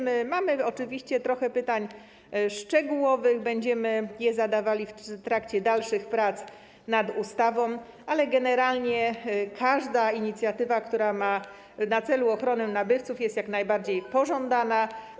Mamy oczywiście trochę pytań szczegółowych, będziemy je zadawali w trakcie dalszych prac nad ustawą, ale generalnie każda inicjatywa, która ma na celu ochronę nabywców, jest jak najbardziej pożądana.